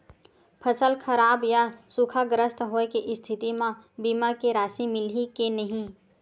फसल खराब या सूखाग्रस्त होय के स्थिति म बीमा के राशि मिलही के नही?